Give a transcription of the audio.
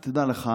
נאמן, דע לך,